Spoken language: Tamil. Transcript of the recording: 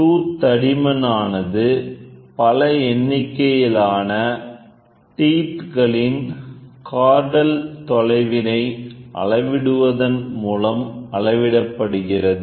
டூத் தடிமன் ஆனதுபல எண்ணிக்கையிலான டீத் களின் க்ரோடல் தொலைவினை அளவிடுவதன் மூலம் அளவிடப்படுகிறது